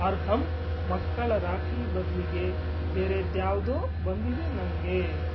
ಅರ್ಹಮ್ ಮಕ್ಕಳ ರಾಖಿ ಬದಲಿಗೆ ಬೇರೇದ್ಯಾವ್ದೋ ಬಂದಿದೆ ನನಗೆ